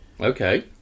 Okay